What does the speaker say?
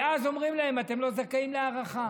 ואז אומרים להם: אתם לא זכאים להארכה,